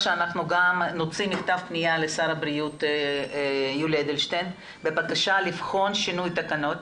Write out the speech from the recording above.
ונוציא מכתב פניה לשר הבריאות יולי אדלשטיין בבקשה לבחון שינוי תקנות,